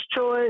choice